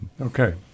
Okay